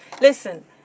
Listen